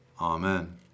Amen